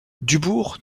dubourg